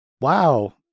Wow